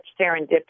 serendipity